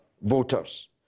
voters